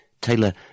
Taylor